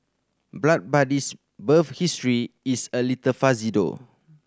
Blood Buddy's birth history is a little fuzzy though